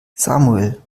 samuel